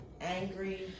angry